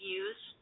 use